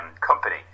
company